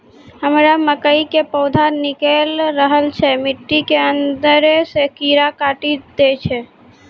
हमरा मकई के पौधा निकैल रहल छै मिट्टी के अंदरे से कीड़ा काटी दै छै?